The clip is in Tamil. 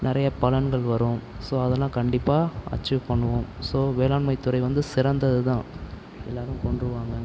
நிறையப் பலன்கள் வரும் ஸோ அதெல்லாம் கண்டிப்பாக அச்சீவ் பண்ணுவோம் ஸோ வேளாண்மைத் துறை வந்து சிறந்ததுதான் எல்லோரும் கொண்டு வாங்க தேங்க்யூ